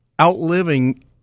outliving